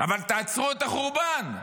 אבל תעצרו את החורבן.